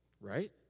Right